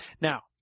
Now